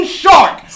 shark